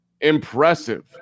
impressive